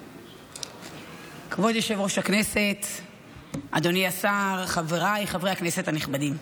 הישיבה, אדוני השר, חבריי חברי הכנסת הנכבדים,